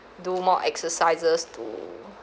do more exercises to